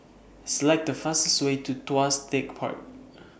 Select The fastest Way to Tuas Tech Park